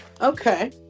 Okay